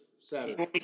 Saturday